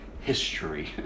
history